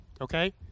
okay